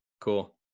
Cool